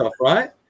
right